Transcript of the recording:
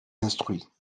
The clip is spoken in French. instruits